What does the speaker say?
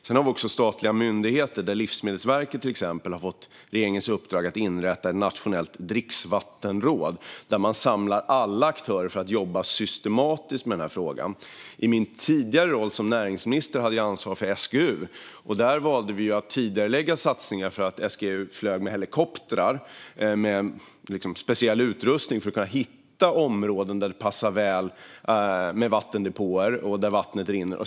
Sedan har vi statliga myndigheter, där till exempel Livsmedelsverket har fått regeringens uppdrag att inrätta ett nationellt dricksvattenråd. Där samlar man alla aktörer för att jobba systematiskt med frågan. I min tidigare roll som näringsminister hade jag ansvar för SGU. Då valde vi att tidigarelägga satsningar där SGU flög helikoptrar med speciell utrustning för att kunna hitta områden där det passar väl med vattendepåer och där vattnet rinner.